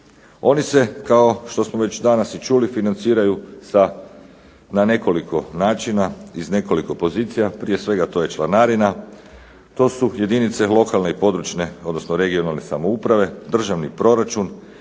Oni se kao što smo već danas i čuli financiraju na nekoliko načina iz nekoliko pozicija, prije svega to je članarina, to su jedinice lokalne i područne (regionalne) samouprave, državni proračun.